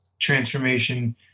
transformation